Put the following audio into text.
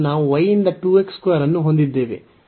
0 ರಿಂದ 1 ಮತ್ತು ನಾವು y ಯಿಂದ ಅನ್ನು ಹೊಂದಿದ್ದೇವೆ